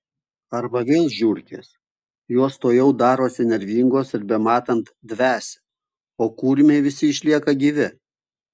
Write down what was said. arba vėl žiurkės jos tuojau darosi nervingos ir bematant dvesia o kurmiai visi išlieka gyvi